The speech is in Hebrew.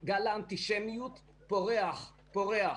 כי זה פשוט מחולק להרבה מאוד אחראים והרבה מאוד גורמים,